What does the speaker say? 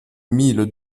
mille